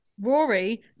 Rory